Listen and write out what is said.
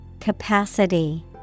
Capacity